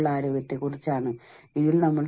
ഞാൻ ഉപയോഗിച്ച സ്രോതസ്സുകൾ ഇവയെല്ലാമാണ്